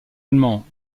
allemand